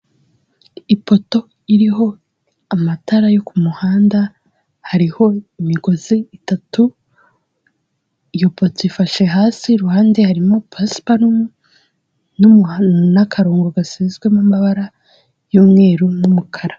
Ipoto iriho amatara yo ku muhanda hariho imigozi itatu iyo poto ifashe hasi iruhande harimo pasiparumu n'akarongo gasizwemo amabara y'umweru n'umukara.